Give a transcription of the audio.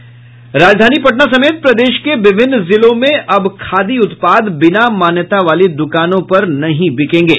राजधानी पटना समेत प्रदेश के विभिन्न जिलों में अब खादी उत्पाद बिना मान्यता वाली द्कानों पर नहीं बिकेंगे